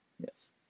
Yes